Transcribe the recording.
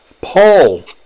Paul